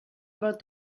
about